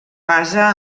basa